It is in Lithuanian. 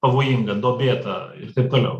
pavojinga duobėta ir taip toliau